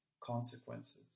consequences